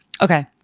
Okay